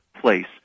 place